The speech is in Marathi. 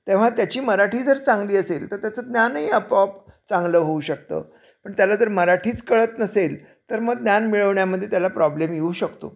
तेव्हा त्याची मराठी जर चांगली असेल तर त्याचं ज्ञानही आपोआप चांगलं होऊ शकतं पण त्याला जर मराठीच कळत नसेल तर मग ज्ञान मिळवण्यामध्ये त्याला प्रॉब्लेम येऊ शकतो